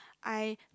I